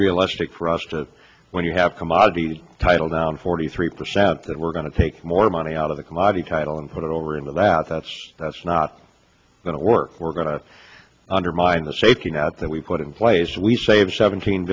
realistic for us to when you have commodity title down forty three percent that we're going to take more money out of the commodity title and put it over into that that's that's not going to work we're going to undermine the shaking out that we put in place we saved seventeen